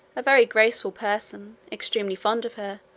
a very graceful person, extremely fond of her,